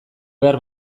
behar